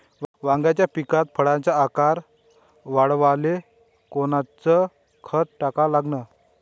वांग्याच्या पिकात फळाचा आकार वाढवाले कोनचं खत टाका लागन?